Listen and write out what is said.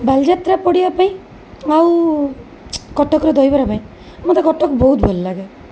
ବାଲିଯାତ୍ରା ପଡ଼ିବା ପାଇଁ ଆଉ କଟକର ଦହିବରା ପାଇଁ ମୋତେ କଟକ ବହୁତ ଭଲ ଲାଗେ